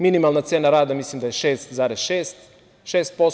Minimalna cena rada mislim da je 6,6%